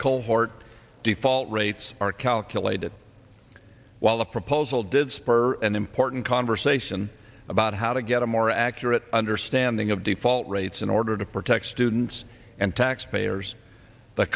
cohort default rates are calculated while the proposal did spur an important conversation about how to get a more accurate understanding of default rates in order to protect students and taxpayers the